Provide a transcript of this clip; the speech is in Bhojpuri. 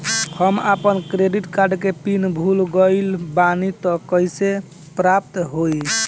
हम आपन क्रेडिट कार्ड के पिन भुला गइल बानी त कइसे प्राप्त होई?